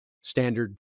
standard